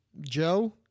joe